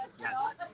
yes